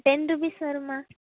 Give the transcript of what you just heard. ten rupees வரும்மா